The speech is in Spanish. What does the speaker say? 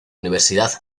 universidad